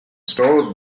store